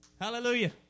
Hallelujah